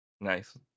Nice